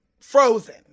frozen